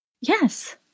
Yes